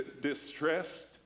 distressed